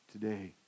Today